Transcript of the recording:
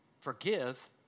Forgive